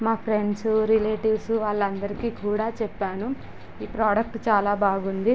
మా friends relatives వాళ్ళందరికీ కూడా చెప్పాను ఈ ప్రోడక్ట్ చాలా బాగుంది